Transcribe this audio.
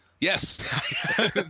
Yes